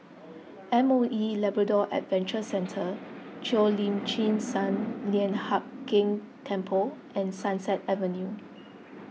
M O E Labrador Adventure Centre Cheo Lim Chin Sun Lian Hup Keng Temple and Sunset Avenue